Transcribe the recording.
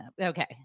Okay